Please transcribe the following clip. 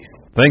Thank